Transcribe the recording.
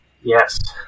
Yes